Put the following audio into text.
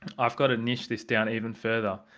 i've got to niche this down even further.